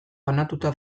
banatuta